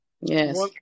Yes